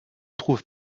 trouve